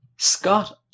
Scott